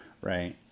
Right